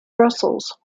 brussels